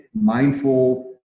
mindful